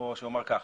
עירוני,